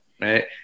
right